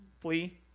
Flee